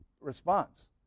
response